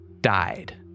died